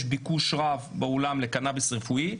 יש ביקוש רב בעולם לקנאביס רפואי,